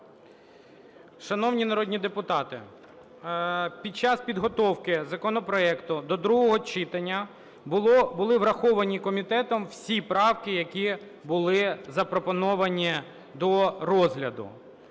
Шановні народні депутати, під час підготовки законопроекту до другого читання були враховані комітетом всі правки, які були запропоновані до розгляду.